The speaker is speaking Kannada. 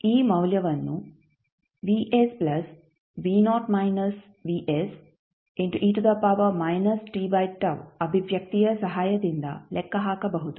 ಈ ಮೌಲ್ಯವನ್ನು ಅಭಿವ್ಯಕ್ತಿಯ ಸಹಾಯದಿಂದ ಲೆಕ್ಕಹಾಕಬಹುದು